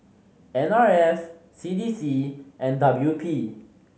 N R F C D C and W P